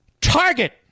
target